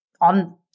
on